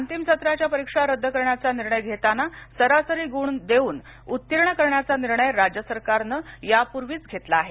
अंतिम सत्राच्या परीक्षा रद्द करण्याचा निर्णय घेताना सरासरी गुण देऊन उत्तीर्ण करण्याचा निर्णय राज्य सरकारनं यापूर्वीच घेतला आहे